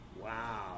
Wow